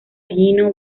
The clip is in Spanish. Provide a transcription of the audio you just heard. gino